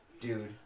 dude